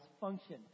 function